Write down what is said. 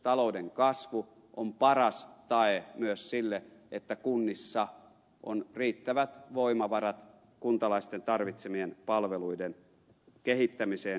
talouden kasvu on paras tae myös sille että kunnissa on riittävät voimavarat kuntalaisten tarvitsemien palveluiden kehittämiseen ja järjestämiseen